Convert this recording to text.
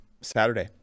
Saturday